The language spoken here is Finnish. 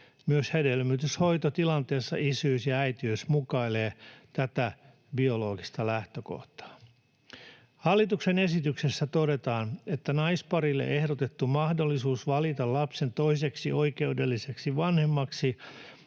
Myös hedelmöityshoitotilanteessa isyys ja äitiys mukailee tätä biologista lähtökohtaa. Hallituksen esityksessä todetaan, että naisparille ehdotettu mahdollisuus valita lapsen toiseksi oikeudelliseksi vanhemmaksi